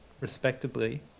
respectably